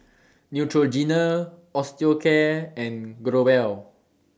Neutrogena Osteocare and Growell